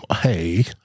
Hey